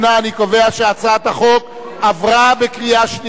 אני קובע שהצעת החוק עברה בקריאה שנייה.